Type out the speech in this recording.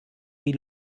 wie